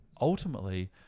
ultimately